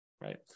Right